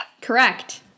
Correct